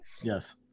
Yes